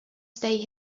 stay